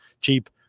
cheap